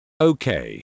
Okay